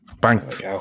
Banked